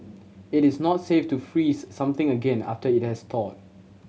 it is not safe to freeze something again after it has thawed